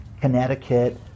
Connecticut